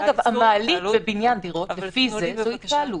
אגב, מעלית בבניין דירות לפי זה זו התקהלות.